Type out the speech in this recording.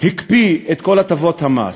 הקפיא את כל הטבות המס,